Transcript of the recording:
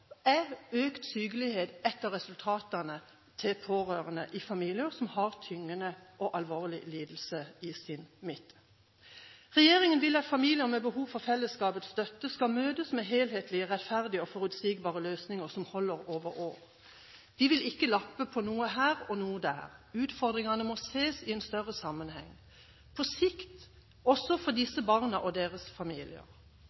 på, økt sykelighet er et av resultatene for pårørende i familier som har tyngende og alvorlig lidelse i sin midte. Regjeringen vil at familier med behov for fellesskapets støtte skal møtes med helhetlige, rettferdige og forutsigbare løsninger som holder over år. Vi vil ikke lappe på noe her og noe der. Utfordringene må ses i en større sammenheng, på sikt, også for